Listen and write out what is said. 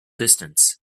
distance